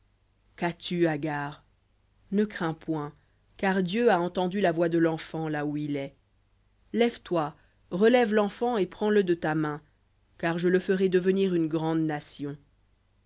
qu'as-tu agar ne crains point car dieu a entendu la voix de l'enfant là où il est lève-toi relève l'enfant et prends-le de ta main car je le ferai devenir une grande nation